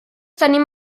tenim